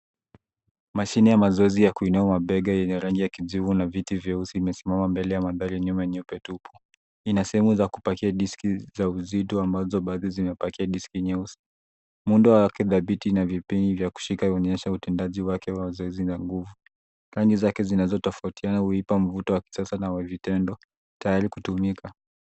Mashine ya mazoezi ya kuinua mabenga yenye rangi ya kijivu na viti vyeusi imesimama mbele ya mandhari nyuma nyeupe tupu. Ina sehemu za kupakia diski za uzito ambazo baadhi zimepakia diski nyeusi. Muundo wake thabiti ina vipini vya kushika uonyesha utendaji wake wazoezi na nguvu. Rangi zake zinazo tofautiana huipa mvuto wa kisasa na vitendo tayari kutumika.